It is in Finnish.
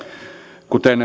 kuten